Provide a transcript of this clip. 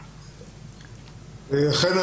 אכן,